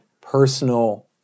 personal